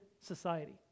Society